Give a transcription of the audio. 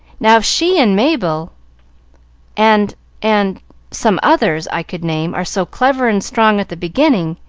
now, if she and mabel and and some others i could name, are so clever and strong at the beginning,